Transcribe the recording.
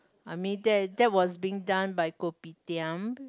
I mean that that was being done by Kopitiam